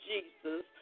Jesus